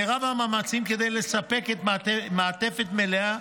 מרב המאמצים כדי לספק מעטפת מלאה